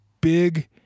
big